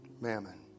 mammon